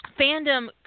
fandom